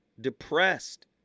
depressed